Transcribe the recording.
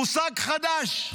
מושג חדש.